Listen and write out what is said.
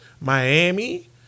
Miami